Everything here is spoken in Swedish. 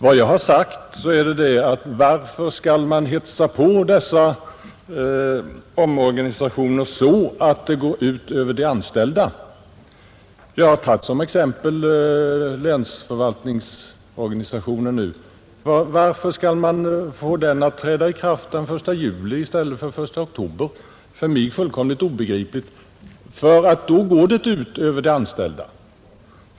Vad jag har gjort är att jag frågat varför man skall hetsa på denna omorganisation så att den går ut över de anställda och jag har tagit länsförvaltningsorganisationen som exempel. Varför skall den träda i kraft den 1 juli i stället för den 1 oktober? Det är för mig fullständigt obegripligt, ty det kommer att gå ut över de anställda.